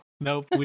Nope